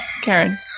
Karen